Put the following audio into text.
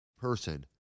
person